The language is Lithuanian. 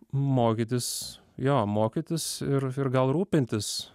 mokytis jo mokytis ir ir gal rūpintis